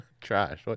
trash